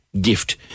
gift